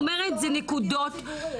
איפה יש דירות ציבוריות?